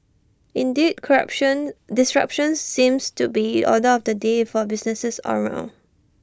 indeed corruption disruption seems to be order of the day for businesses all round